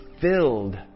filled